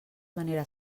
manera